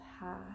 path